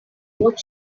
what